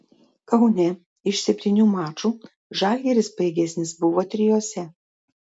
kaune iš septynių mačų žalgiris pajėgesnis buvo trijuose